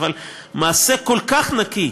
אבל מעשה כל כך נקי,